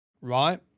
right